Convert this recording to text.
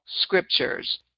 scriptures